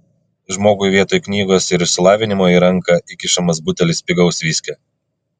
žmogui vietoj knygos ir išsilavinimo į ranką įkišamas butelis pigaus viskio